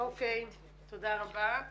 תודה רבה.